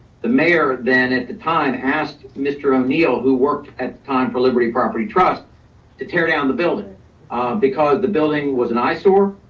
the mayor, then at the time asked mr. o'neill who worked at todd for liberty property trust to tear down the building because the building was an eyesore,